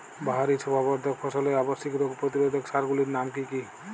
বাহারী শোভাবর্ধক ফসলের আবশ্যিক রোগ প্রতিরোধক সার গুলির নাম কি কি?